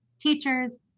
teachers